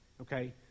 Okay